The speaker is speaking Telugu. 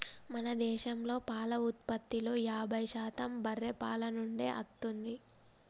మన దేశంలో పాల ఉత్పత్తిలో యాభై శాతం బర్రే పాల నుండే అత్తుంది